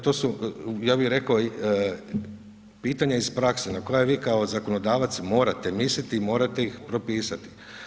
To su, ja bi rekao pitanja iz prakse, na koja vi kao zakonodavac morate misliti i morate ih propisati.